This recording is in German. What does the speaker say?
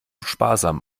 sparsam